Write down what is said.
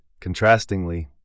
Contrastingly